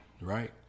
Right